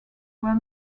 were